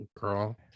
girl